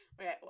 Okay